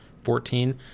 Fourteen